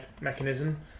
mechanism